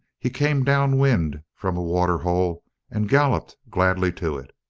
he came down-wind from a water-hole and galloped gladly to it.